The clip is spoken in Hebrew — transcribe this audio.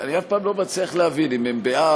אני אף פעם לא מצליח להבין אם הם בעד,